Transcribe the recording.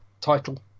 title